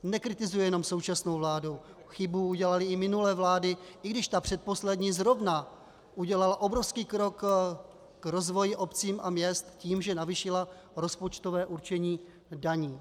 Nekritizuji jenom současnou vládu, chybu udělaly i minulé vlády, i když ta předposlední zrovna udělala obrovský krok k rozvoji obcí a měst tím, že navýšila rozpočtové určení daní.